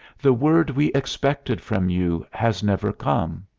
the word we expected from you has never come.